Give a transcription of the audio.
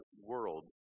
world